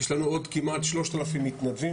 יש לנו עוד כמעט שלושת אלפים מתנדבים,